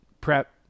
Prep